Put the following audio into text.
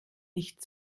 nicht